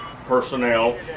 personnel